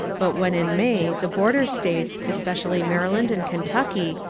but when in may the border states, especially maryland and kentucky,